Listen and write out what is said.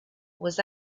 was